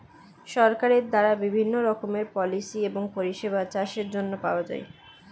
সরকারের দ্বারা বিভিন্ন রকমের পলিসি এবং পরিষেবা চাষের জন্য পাওয়া যায়